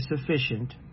sufficient